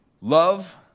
Love